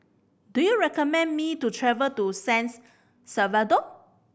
do you recommend me to travel to San's Salvador